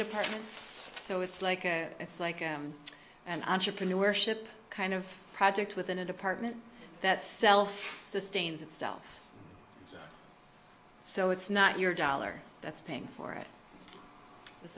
department so it's like a it's like an entrepreneurship kind of project within a department that self sustains itself so it's not your dollar that's paying for